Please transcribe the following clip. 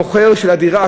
המוכר של הדירה,